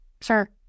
sure